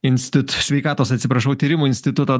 instit sveikatos atsiprašau tyrimų instituto